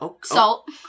Salt